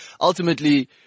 ultimately